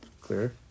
Clear